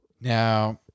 now